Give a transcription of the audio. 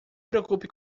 preocupe